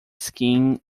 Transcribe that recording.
skiing